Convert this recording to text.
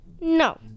No